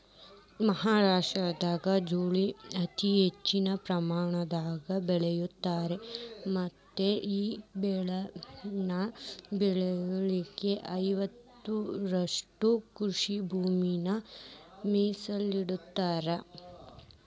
ಮಹಾರಾಷ್ಟ್ರದಾಗ ಜ್ವಾಳಾ ಅತಿ ಹೆಚ್ಚಿನ ಪ್ರಮಾಣದಾಗ ಬೆಳಿತಾರ ಮತ್ತಈ ಬೆಳೆನ ಬೆಳಿಲಿಕ ಐವತ್ತುರಷ್ಟು ಕೃಷಿಭೂಮಿನ ಮೇಸಲಿಟ್ಟರಾ